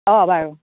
অঁ বাৰু